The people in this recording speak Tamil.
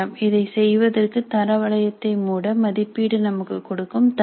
இதை செய்வதற்கு தர வளையத்தை மூட மதிப்பீடு நமக்கு கொடுக்கும் தரவு